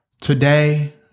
Today